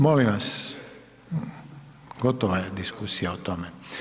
Molim vas, gotova je diskusija o tome.